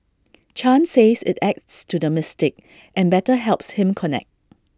chan says IT adds to the mystique and better helps him connect